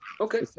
Okay